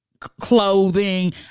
Clothing